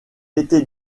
était